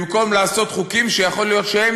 במקום לעשות חוקים שיכול להיות שהם